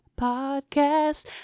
Podcast